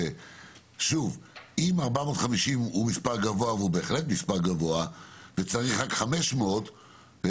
אם 450 אלף הוא מספר גבוה - והוא בהחלט מספר גבוה - וצריך רק 500 אלף,